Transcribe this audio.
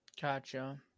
Gotcha